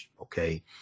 okay